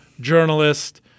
journalist